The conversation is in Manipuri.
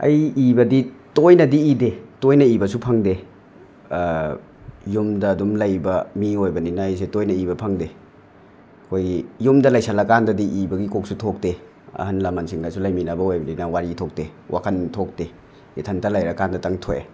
ꯑꯩ ꯏꯕꯗꯤ ꯇꯣꯏꯅꯗꯤ ꯏꯗꯦ ꯇꯣꯏꯅ ꯏꯕꯁꯨ ꯐꯪꯗꯦ ꯌꯨꯝꯗ ꯑꯗꯨꯝ ꯂꯩꯕ ꯃꯤ ꯑꯣꯏꯕꯅꯤꯅ ꯑꯩꯖꯦ ꯇꯣꯏꯅ ꯏꯕ ꯐꯪꯗꯦ ꯑꯩꯈꯣꯏꯒꯤ ꯌꯨꯝꯗ ꯂꯩꯁꯜꯂꯀꯥꯟꯗꯤꯗꯤ ꯏꯕꯒꯤ ꯀꯣꯛꯁꯨ ꯊꯣꯛꯇꯦ ꯑꯍꯟ ꯂꯃꯟꯁꯤꯡꯒꯁꯨ ꯂꯩꯃꯤꯟꯅꯕ ꯑꯣꯏꯕꯅꯤꯅ ꯋꯥꯔꯤ ꯊꯣꯛꯇꯦ ꯋꯥꯈꯟ ꯊꯣꯛꯇꯦ ꯏꯊꯟꯗ ꯂꯩꯔꯀꯥꯟꯗꯇꯪ ꯊꯣꯛꯑꯦ